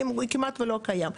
כמעט ולא קיים.